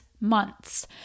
months